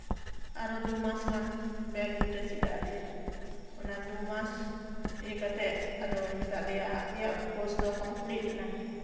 ᱟᱨᱚ ᱫᱩᱢᱟᱥ ᱜᱟᱱ ᱵᱮᱜ ᱡᱩᱛᱮ ᱪᱮᱫ ᱟᱫ ᱞᱮᱭᱟ ᱚᱱᱟ ᱫᱩᱢᱟᱥ ᱤᱭᱟᱹ ᱠᱟᱛᱮᱫ ᱟᱫᱚᱭ ᱢᱮᱛᱟᱫ ᱞᱮᱭᱟ ᱟᱯᱮᱭᱟᱜ ᱠᱳᱨᱥ ᱫᱚ ᱠᱚᱢᱯᱤᱞᱤᱴ ᱮᱱᱟ